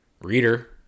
Reader